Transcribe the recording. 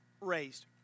raised